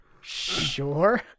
sure